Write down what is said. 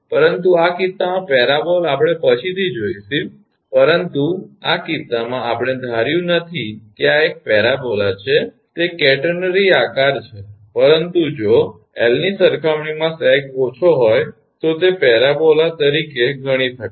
પરંતુ આ કિસ્સામાં પેરાબોલા આપણે પછીથી જોઇશું પરંતુ આ કિસ્સામાં આપણે ધાર્યું નથી કે આ એક પેરાબોલા છે તે કેટરનરી આકાર છે પરંતુ જો 𝐿 ની સરખામણીમાં સેગ ઓછો હોય તો તે પેરાબોલા તરીકે ગણી શકાય